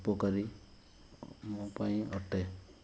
ଉପକାରୀ ଆମ ପାଇଁ ଅଟେ